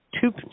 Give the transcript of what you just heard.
two